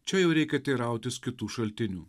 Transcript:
čia jau reikia teirautis kitų šaltinių